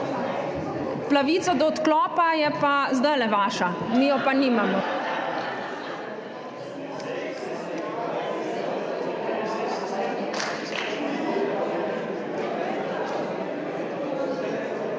Pravica do odklopa je pa zdajle vaša, mi je pa nimamo.